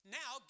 now